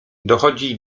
dochodzi